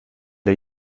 der